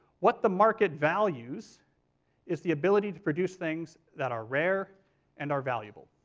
what the market values is the ability to produce things that are rare and are valuable.